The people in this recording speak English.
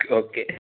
okay